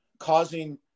causing